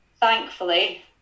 thankfully